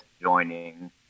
joining